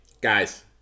Guys